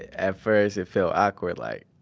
at first, it felt awkward, like.